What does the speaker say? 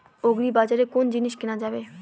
আগ্রিবাজারে কোন জিনিস কেনা যাবে?